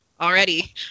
already